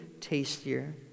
tastier